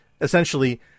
Essentially